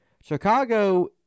Chicago